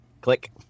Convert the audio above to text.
Click